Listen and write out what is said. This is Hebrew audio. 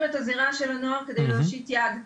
את הזירה של בני הנוער כדי להושיט יד.